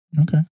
Okay